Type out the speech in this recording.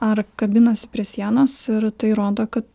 ar kabinasi prie sienos ir tai rodo kad